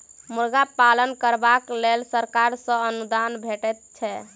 मुर्गा पालन करबाक लेल सरकार सॅ अनुदान भेटैत छै